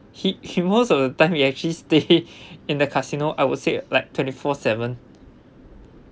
he he most of the time he actually stay in the casino I would say like twenty four seven